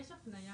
יש הפניה